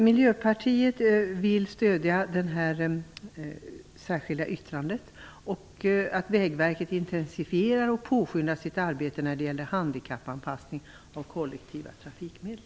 Miljöpartiet vill stödja det här särskilda yttrandet, där vi säger att Vägverket måste intensifiera och påskynda sitt arbete när det gäller handikappanpassning av kollektiva trafikmedel.